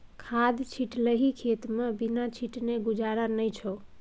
खाद छिटलही खेतमे बिना छीटने गुजारा नै छौ